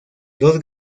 dos